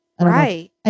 Right